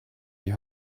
die